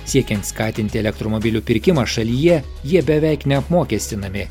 siekian skatinti elektromobilių pirkimą šalyje jie beveik neapmokestinami